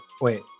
wait